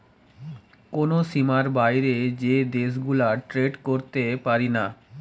কোন সীমার বাইরে যে দেশ গুলা ট্রেড করতে পারিনা